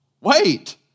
wait